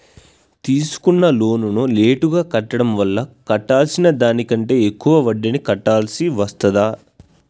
తీసుకున్న లోనును లేటుగా కట్టడం వల్ల కట్టాల్సిన దానికంటే ఎక్కువ వడ్డీని కట్టాల్సి వస్తదా?